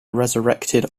resurrected